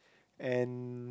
and